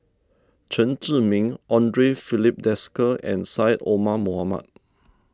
Chen Zhiming andre Filipe Desker and Syed Omar Mohamed